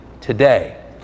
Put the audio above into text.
today